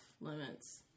limits